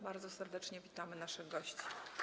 Bardzo serdecznie witamy naszych gości.